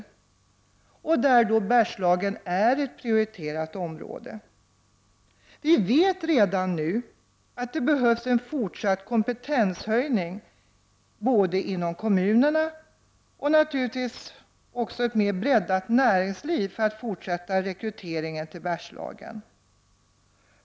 I detta sammanhang är Bergslagen ett prioriterat område. Vi vet redan nu att det behövs en fortsatt kompetenshöjning inom kommunerna. Det behövs naturligtvis också ett breddat näringsliv för att rekryteringen till Bergslagen skall kunna fortsättas.